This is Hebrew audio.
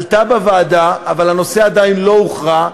עלה בוועדה, אבל הנושא עדיין לא הוכרע,